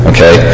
Okay